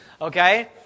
okay